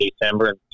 December